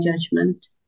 judgment